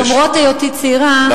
למרות היותי צעירה,